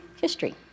history